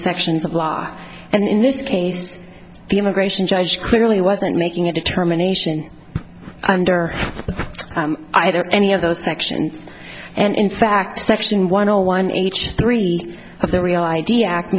sections of law and in this case the immigration judge clearly wasn't making a determination under i don't any of those sections and in fact section one or one each three of the real id act